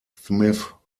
smith